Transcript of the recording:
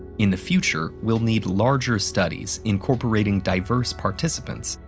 in the future, we'll need larger studies, incorporating diverse participants,